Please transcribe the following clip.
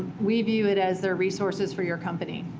we view it as they're resources for your company.